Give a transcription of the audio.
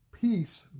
peace